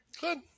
Good